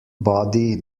body